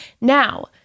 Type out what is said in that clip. Now